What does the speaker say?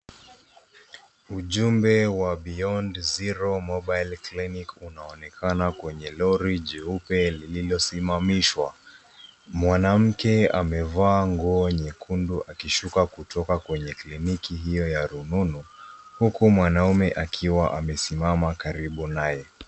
Ujumbe wa Beyond Zero Mobile Clinic unaonekana kwenye lori jeupe lililosimamishwa. Mwanamke amevaa nguo nyekundu akishuka kutoka kwenye kliniki hiyo ya rununu, huku mwanaume akiwa amesimama karibu naye.